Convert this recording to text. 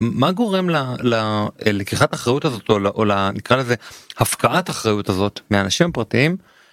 מה גורם ללקיחת אחריות הזאת או ל... נקרא לזה הפקעת אחריות הזאת לאנשים פרטיים.